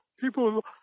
People